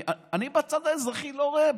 אני בצד האזרחי לא רואה,